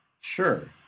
Sure